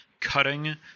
cutting